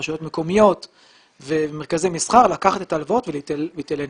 רשויות מקומיות ומרכזי מסחר לקחת את ההלוואות ולהתייעל אנרגטית.